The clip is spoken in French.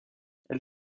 elle